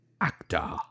actor